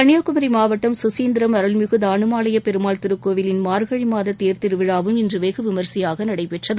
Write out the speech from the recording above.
கன்னியாகுமரி மாவட்டம் சுசீந்திரம் அருள்மிகு தாணுமாலைய பெருமாள் திருக்கோவிலின் மார்கழி மாத தேர்திருவிழாவும் இன்று வெகு விமரிசையாக நடைபெற்றது